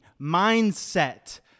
mindset